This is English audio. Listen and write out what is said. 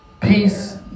peace